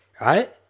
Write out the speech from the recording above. right